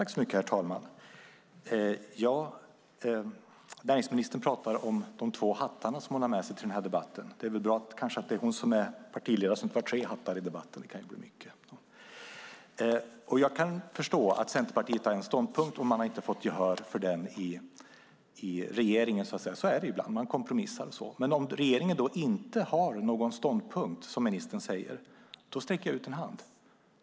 Herr talman! Näringsministern pratar om de två hattar hon har med sig till denna debatt. Det kanske är bra att det är hon som är partiledare, så att det inte blev tre hattar i debatten. Det kan ju bli mycket. Jag kan förstå att Centerpartiet har en ståndpunkt och att de inte har fått gehör för den i regeringen. Så är det ibland; man kompromissar. Men om regeringen inte har någon ståndpunkt, som ministern säger, sträcker jag nu ut en hand.